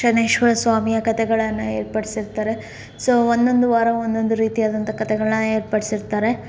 ಶನೇಶ್ವರ ಸ್ವಾಮಿಯ ಕತೆಗಳನ್ನು ಏರ್ಪಡ್ಸಿರ್ತಾರೆ ಸೊ ಒಂದೊಂದು ವಾರ ಒಂದೊಂದು ರೀತಿಯಾದಂತಹ ಕತೆಗಳನ್ನ ಏರ್ಪಡ್ಸಿರ್ತಾರೆ